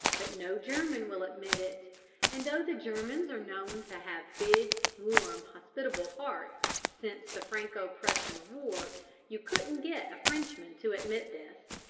but no german will admit it and though the germans are known to have big, warm, hospitable hearts, since the franco-prussian war you couldn't get a frenchman to admit this.